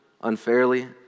unfairly